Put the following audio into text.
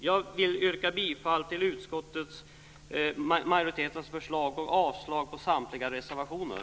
Jag vill yrka bifall till utskottsmajoritetens förslag och avslag på samtliga reservationer.